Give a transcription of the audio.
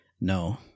No